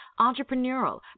entrepreneurial